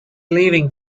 leaving